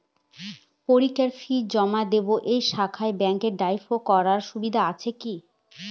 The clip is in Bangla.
পরীক্ষার ফি জমা দিব এই শাখায় ব্যাংক ড্রাফট করার সুবিধা আছে কি?